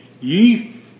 ye